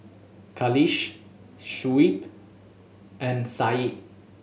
Khalish Shuib and Syed